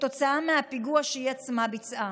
כתוצאה מהפיגוע שהיא עצמה ביצעה.